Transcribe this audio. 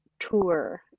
tour